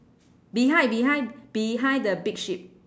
behind behind behind the big sheep